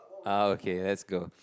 ah okay let's go